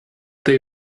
they